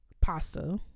pasta